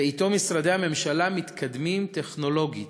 ואתו משרדי הממשלה, מתקדמים טכנולוגית.